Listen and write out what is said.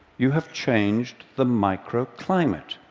you have changed the microclimate.